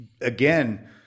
Again